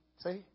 See